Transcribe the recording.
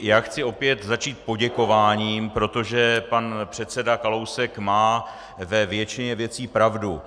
Já chci opět začít poděkováním, protože pan předseda Kalousek má ve většině věcí pravdu.